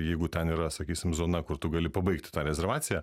jeigu ten yra sakysim zona kur tu gali pabaigti tą rezervaciją